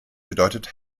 bedeutet